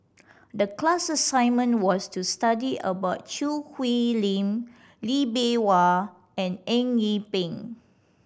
the class assignment was to study about Choo Hwee Lim Lee Bee Wah and Eng Yee Peng